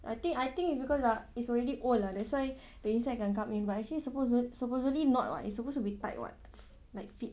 I think I think it's because ah it's already old lah that's why the insect can come in but actually supposed supposedly not [what] it's supposed to be tight [what] like fit